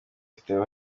dufitanye